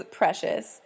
precious